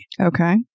Okay